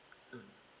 mm